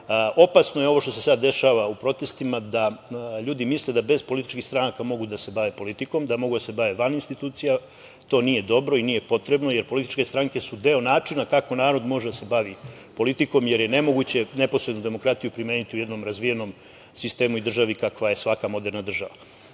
Opasno je ovo što se sada dešava u protestima da ljudi misle da bez političkih stranaka mogu da se bave politikom, da mogu da se bave van institucija. To nije dobro i nije potrebno jer političke stranke su deo načina kako narod može da se bavi politikom jer ne nemoguće neposrednu demokratiju promeniti u jednom razvijenom sistemu i državi kakva je svaka moderna država,